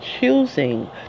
choosing